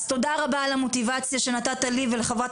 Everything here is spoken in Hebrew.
אז תודה רבה על המוטיבציה שנתת לי ולחברת